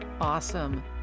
Awesome